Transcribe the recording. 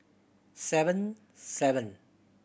seven seven